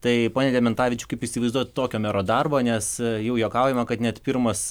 tai pone dementavičiau kaip įsivaizduojat tokio mero darbą nes jau juokaujama kad net pirmas